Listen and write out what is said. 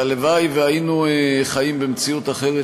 הלוואי שהיינו חיים במציאות אחרת,